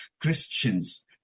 Christians